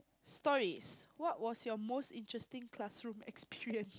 stories what was your most interesting classroom experience